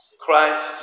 Christ